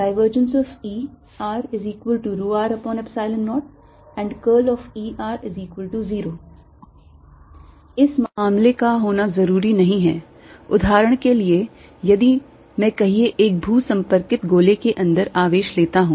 Err0 and Er0 इस मामले का होना जरूरी नहीं है उदाहरण के लिए कहिए यदि मैं एक भू संपर्कित गोले के अंदर आवेश लेता हूं